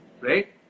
right